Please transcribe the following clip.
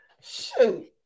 Shoot